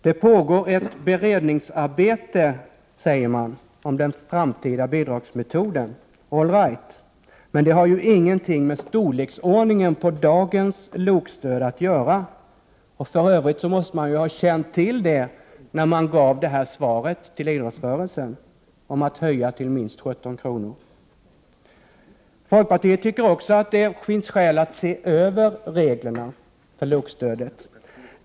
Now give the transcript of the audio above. Det pågår ett beredningsarbete om den framtida bidragsmetoden, säger man. All right, men det har ju ingenting med storleksordningen på dagens LOK-stöd att göra, och för övrigt måste man ju ha känt till det när man gav svaret till idrottsrörelsen — om att höja aktivitetsstödet till minst 17 kr. Folkpartiet tycker också att det finns skäl att se över reglerna för LOK-stödet.